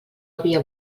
havia